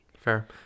Fair